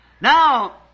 Now